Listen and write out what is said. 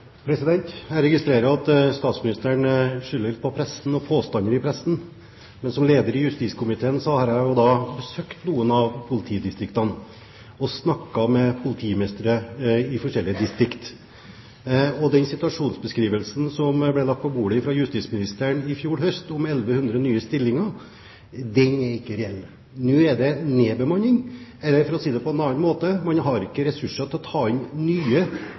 Jeg registrerer at statsministeren skylder på pressen og påstander i pressen. Men som leder i justiskomiteen har jeg besøkt noen av politidistriktene og snakket med politimestre i forskjellige distrikter, og den situasjonsbeskrivelsen som ble lagt på bordet fra justisministeren i fjor høst, om 1 100 nye stillinger, er ikke reell. Nå er det nedbemanning, eller for å si det på en annen måte: Man har ikke ressurser til å ta inn